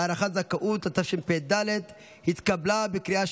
(הארכת זכאות), התשפ"ד 2023, נתקבל.